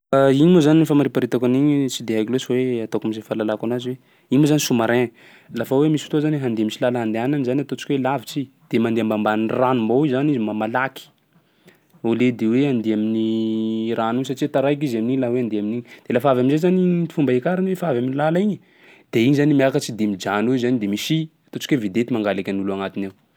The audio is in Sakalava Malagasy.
Igny moa zany, fomba famariparitako an'igny tsy de haiko loatsy hoe ataoko am'zay fahalalako anazy hoe igny moa zany sous-marin. Lafa hoe misy fotoa zany handeha misy làla handehanany zany ataontsika hoe lavitsy de mandeha ambanimbany rano mbao zany izy mba malaky au lieu de hoe andeha amin'ny rano iny satsia taraiky izy amin'iny laha hoe andeha amin'igny. Lafa avy am'zay zany gny fomba iakarany fa avy am'làla igny de igny zany miakatsy de mijano eo zany de misy ataontsika hoe vedety mangalaky an'ny olo agnatiny ao.